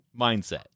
Mindset